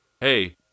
hey